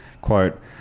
Quote